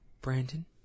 Brandon